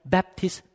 Baptist